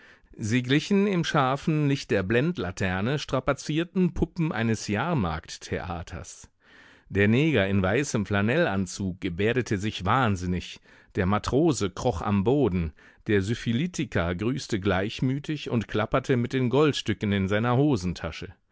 sie glichen im scharfen licht der blendlaterne strapazierten puppen eines jahrmarkttheaters der neger in weißem flanellanzug gebärdete sich wahnsinnig der matrose kroch am boden der syphilitiker grüßte gleichmütig und klapperte mit den goldstücken in seiner hosentasche